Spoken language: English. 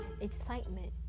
excitement